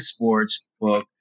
sportsbook